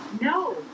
No